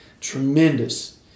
tremendous